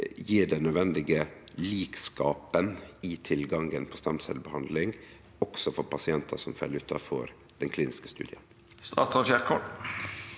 gjev den nødvendige likskapen i tilgangen på stamcellebehandling, også for pasientar som fell utanfor den kliniske studien?